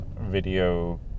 video